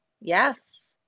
Yes